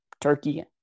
turkey